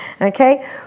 Okay